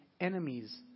enemies